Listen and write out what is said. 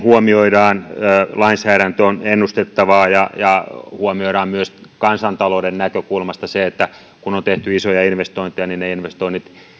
huomioidaan lainsäädäntö on ennustettavaa ja ja huomioidaan myös kansantalouden näkökulmasta se että kun on tehty isoja investointeja niin ne investoinnit